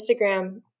Instagram